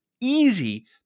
easy